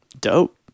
Dope